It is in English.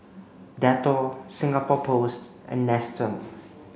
Dettol Singapore Post and Nestum